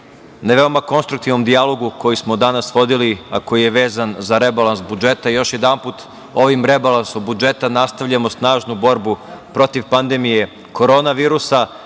na veoma konstruktivnom dijalogu koji smo danas vodili, a koji je vezan za rebalans budžeta. Još jedanput, ovim rebalansom budžeta nastavljamo snažnu borbu protiv pandemije korona virusa,